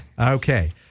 Okay